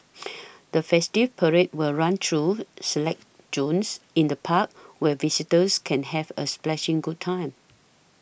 the festival parade will run through select zones in the park where visitors can have a splashing good time